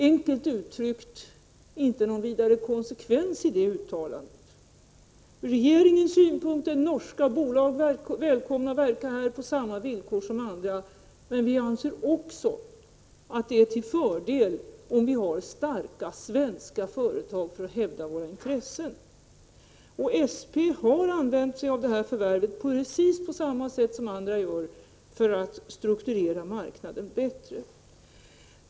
Enkelt uttryckt är det inte någon vidare konsekvens i ett sådant uttalande. Regeringens synpunkt är att norska bolag är välkomna att verka här på samma villkor som andra. Men vi anser också att det är till fördel om vi har starka svenska företag för att kunna hävda våra intressen. SP har använt sig av förvärvet i fråga på precis samma sätt som andra för att bättre strukturera marknaden.